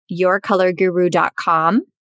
yourcolorguru.com